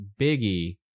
Biggie